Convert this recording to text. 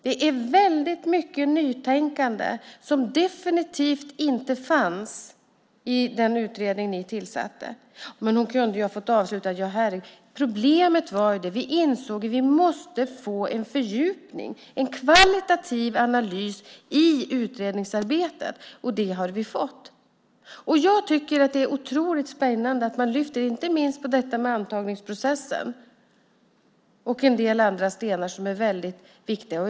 Det är väldigt mycket nytänkande som definitivt inte fanns i den utredning som ni tillsatte. Men hon kunde ju ha fått avsluta. Herregud: Problemet var att vi insåg att vi måste få en fördjupning, en kvalitativ analys i utredningsarbetet, och det har vi fått. Jag tycker att det är otroligt spännande - inte minst att man lyfter på detta med antagningsprocessen och en del andra stenar som är väldigt viktiga.